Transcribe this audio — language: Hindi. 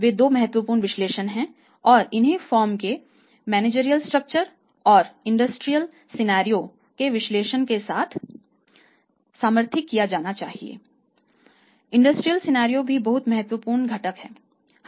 ये दो महत्वपूर्ण विश्लेषण हैं और इन्हें फर्म के मैनेजरियल स्ट्रक्चर भी बहुत महत्वपूर्ण घटक है